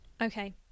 okay